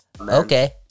okay